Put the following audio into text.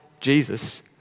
Jesus